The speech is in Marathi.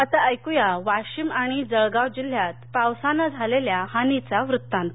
आता ऐक्र्या वाशिम आणि जळगाव जिल्ह्यात पावसानं झालेल्या हानीचा वृत्तांत